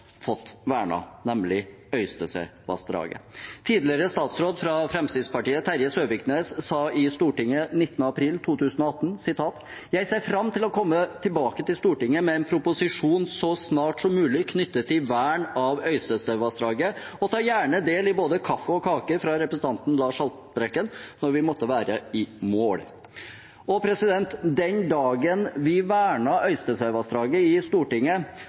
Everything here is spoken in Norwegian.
fått vernet, nemlig Øystesevassdraget. Tidligere statsråd fra Fremskrittspartiet, Terje Søviknes, sa i Stortinget 19. april 2018: «Jeg ser fram til å komme tilbake til Stortinget med en proposisjon så snart som mulig knyttet til vern av Øystesevassdraget, og tar gjerne del i både kaffe og kaker fra representanten Lars Haltbrekken når vi måtte være i mål.» Den dagen vi vernet Øystesevassdraget i Stortinget,